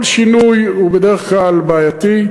כל שינוי הוא בדרך כלל בעייתי,